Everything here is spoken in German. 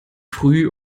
früh